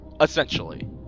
Essentially